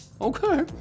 Okay